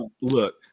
look